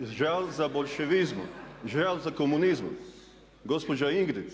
žal za boljševizmom, žal za komunizmom. Gospođa Ingird,